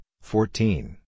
fourteen